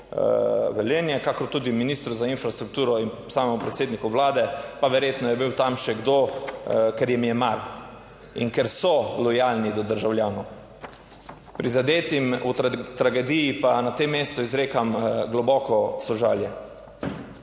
Velenje, kakor tudi ministru za infrastrukturo in samemu predsedniku Vlade, pa verjetno je bil tam še kdo, ker jim je mar in ker so lojalni do državljanov. Prizadetim v tragediji pa na tem mestu izrekam globoko sožalje.